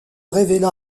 révéla